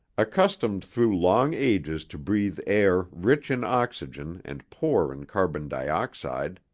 accustomed through long ages to breathe air rich in oxygen and poor in carbon dioxide,